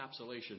encapsulation